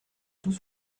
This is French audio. tout